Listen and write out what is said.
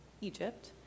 Egypt